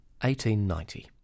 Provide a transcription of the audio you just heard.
1890